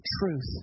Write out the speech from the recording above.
truth